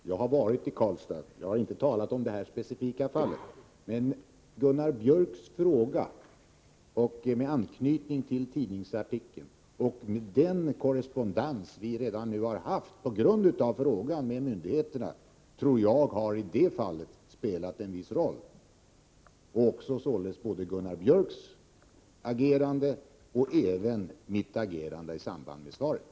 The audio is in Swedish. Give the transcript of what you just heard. Herr talman! Jag har varit i Karlstad. Jag har inte talat om detta specifika fall. Men Gunnar Biörcks i Värmdö fråga i anknytning till tidningsartikeln och den korrespondens vi redan nu har haft med myndigheten på grund av frågan tror jag har spelat en viss roll i det fallet, liksom både Gunnar Biörcks och mitt agerande i samband med svaret.